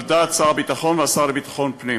על דעת שר הביטחון והשר לביטחון הפנים.